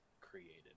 created